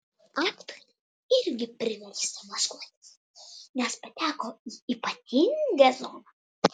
aktoriai irgi priversti maskuotis nes pateko į ypatingą zoną